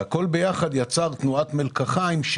הכול ביחד יצר תנועת מלקחיים,